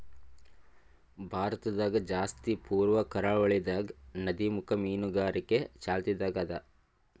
ಭಾರತದಾಗ್ ಜಾಸ್ತಿ ಪೂರ್ವ ಕರಾವಳಿದಾಗ್ ನದಿಮುಖ ಮೀನುಗಾರಿಕೆ ಚಾಲ್ತಿದಾಗ್ ಅದಾ